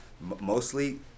mostly